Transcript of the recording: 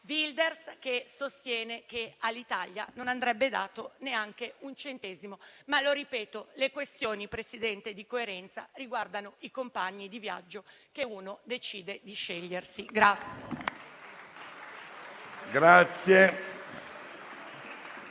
Wilders, che sostiene che all'Italia non andrebbe dato neanche un centesimo. Ma lo ripeto: le questioni, Presidente, di coerenza riguardano i compagni di viaggio che uno decide di scegliersi.